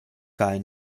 kaj